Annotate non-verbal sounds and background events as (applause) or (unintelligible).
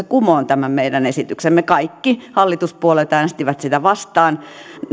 (unintelligible) kumoon tämän meidän esityksemme kaikki hallituspuolueet äänestivät sitä vastaan